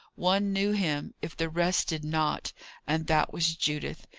one knew him, if the rest did not and that was judith.